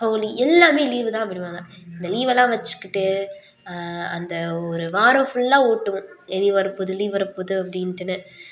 ஹோலி எல்லாம் லீவு தான் விடுவாங்க இந்த லீவெல்லாம் வச்சிக்கிட்டு அந்த ஒரு வாரம் ஃபுல்லாக ஓட்டுவோம் லீவ் வர போகுது லீவ் வரப்போகுது அப்படின்ட்டுன்னு